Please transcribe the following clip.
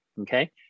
Okay